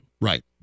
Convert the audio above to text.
Right